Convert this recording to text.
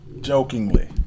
jokingly